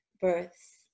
births